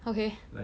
okay